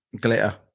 Glitter